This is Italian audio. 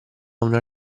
una